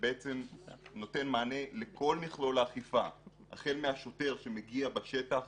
ובעצם נותן מענה לכל מכלול האכיפה - החל מהשוטר שמגיע בשטח